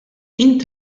int